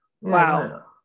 Wow